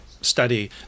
study